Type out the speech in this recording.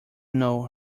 know